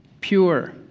pure